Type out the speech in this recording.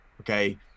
okay